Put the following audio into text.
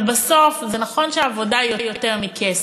ונכון שעבודה היא יותר מכסף,